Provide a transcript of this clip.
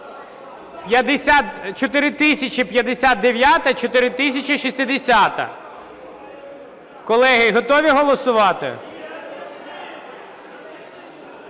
4059-а, 4060-а. Колеги, готові голосувати?